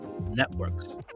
networks